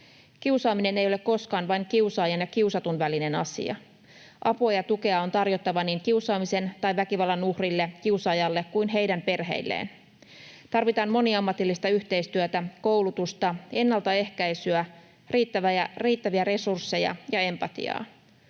Kiusaaminen ei ole koskaan vain kiusaajan ja kiusatun välinen asia. Apua ja tukea on tarjottava niin kiusaamisen tai väkivallan uhrille, kiusaajalle kuin heidän perheilleen. Tarvitaan moniammatillista yhteistyötä, koulutusta, ennaltaehkäisyä, riittäviä resursseja ja empatiaa,